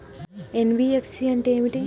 NBFC అంటే ఏమిటి?